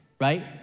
right